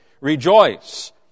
Rejoice